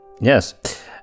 Yes